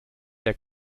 der